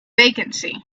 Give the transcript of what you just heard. vacancy